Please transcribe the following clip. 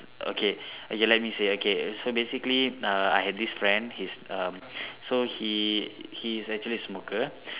okay okay let me say okay so basically uh I had this friend he's um so he he's actually smoker